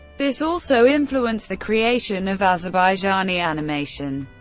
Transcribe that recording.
this also influenced the creation of azerbaijani animation.